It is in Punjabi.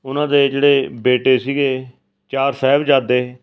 ਉਹਨਾਂ ਦੇ ਜਿਹੜੇ ਬੇਟੇ ਸੀਗੇ ਚਾਰ ਸਾਹਿਬਜ਼ਾਦੇ